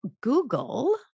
Google